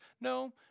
No